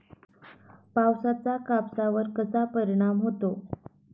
पावसाचा कापसावर कसा परिणाम होतो?